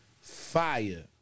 Fire